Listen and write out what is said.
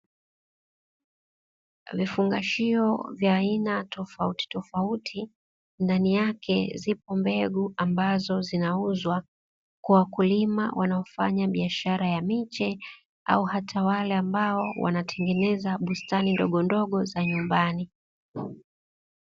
Vifungashio vya aina tofauti tofauti, ndani yake zipo mbegu ambazo zinauzwa kwa wakulima wanaofanya biashara ya miche, au hata wale ambao wanatengeneza bustani ndogo ndogo za nyumbani.